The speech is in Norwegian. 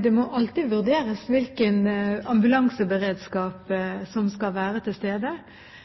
Det må alltid vurderes hvilken ambulanseberedskap